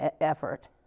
effort